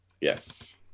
Yes